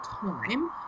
time